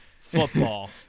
football